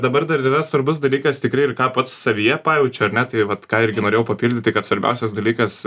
dabar dar ir yra svarbus dalykas tikrai ir ką pats savyje pajaučia ar ne tai vat ką irgi norėjau papildyti kad svarbiausias dalykas